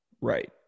right